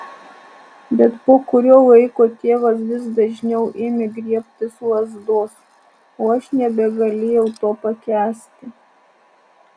bet po kurio laiko tėvas vis dažniau ėmė griebtis lazdos o aš nebegalėjau to pakęsti